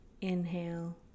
inhale